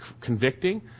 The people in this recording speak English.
convicting